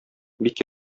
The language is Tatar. бик